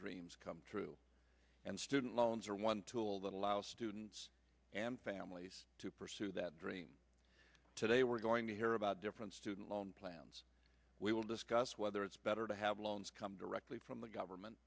dreams come true and student loans are one tool that allow students and families to pursue that dream today we're going to hear about different student loan plans we will discuss whether it's better to have loans come directly from the government